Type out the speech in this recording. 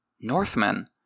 Northmen